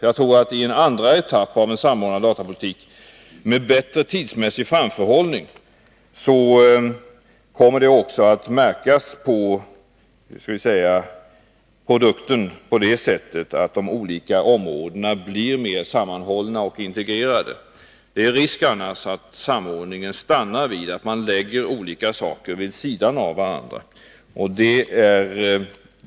Jag tror att det i en andra etapp av en samordnad datapolitik med bättre tidsmässig framförhållning, kommer också att märkas på förslagen på det sättet att de olika områdena blir mer sammanhållna och integrerade. Det finns risk att samordningen stannar vid att man lägger olika saker vid sidan av varandra.